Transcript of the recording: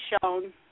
shown